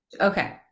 Okay